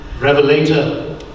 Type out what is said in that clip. revelator